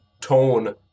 tone